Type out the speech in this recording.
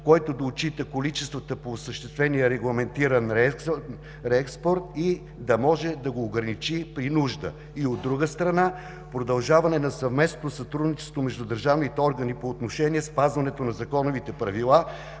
който да отчита количествата по осъществения регламентиран реекспорт, да може да го ограничи при нужда и, от друга страна, продължаване на съвместното сътрудничество между държавните органи по отношение спазването на законовите правила